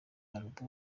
kumurika